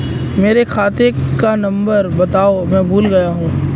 मेरे खाते का नंबर बताओ मैं भूल गया हूं